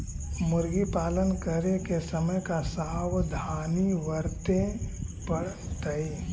मुर्गी पालन करे के समय का सावधानी वर्तें पड़तई?